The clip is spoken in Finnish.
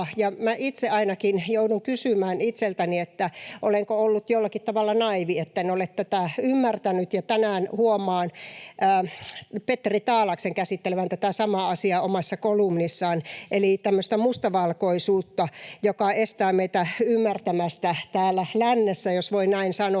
itse ainakin joudun kysymään itseltäni, olenko ollut jollakin tavalla naiivi, etten ole tätä ymmärtänyt, ja tänään huomaan Petteri Taalaksen käsittelevän tätä samaa asiaa omassa kolumnissaan eli tämmöistä mustavalkoisuutta, joka estää meitä ymmärtämästä täällä lännessä, jos voi näin sanoa,